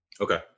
Okay